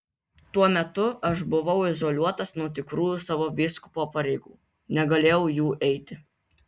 tuo metu aš buvau izoliuotas nuo tikrųjų savo vyskupo pareigų negalėjau jų eiti